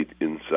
inside